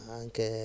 anche